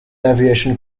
aviation